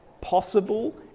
possible